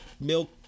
milk